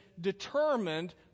determined